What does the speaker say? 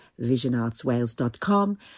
visionartswales.com